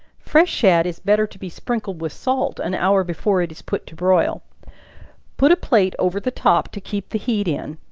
fresh shad is better to be sprinkled with salt, an hour before it is put to broil put a plate over the top to keep the heat in.